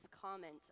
comment